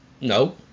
no